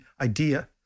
idea